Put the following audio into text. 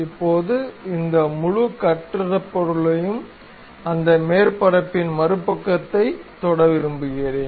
இப்போது இந்த முழு கட்டப்பட்ட பொருளும் அந்த மேற்பரப்பின் மறுபக்கத்தைத் தொட விரும்புகிறோம்